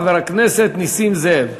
חבר הכנסת נסים זאב.